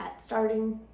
starting